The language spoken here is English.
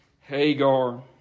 hagar